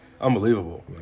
unbelievable